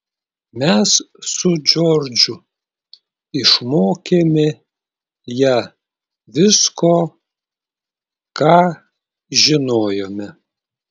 mes su džordžu išmokėme ją visko ką žinojome